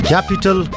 Capital